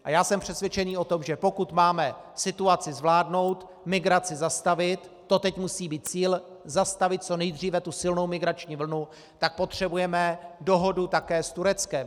A já jsem přesvědčen o tom, že pokud máme situaci zvládnout, migraci zastavit to teď musí být cíl, zastavit co nejdříve tu silnou migrační vlnu , tak potřebujeme dohodu také s Tureckem.